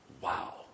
Wow